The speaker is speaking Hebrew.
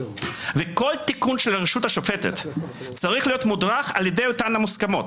וכל תיקון של הרשות השופטת צריך להיות מודרך על ידי אותן המוסכמות,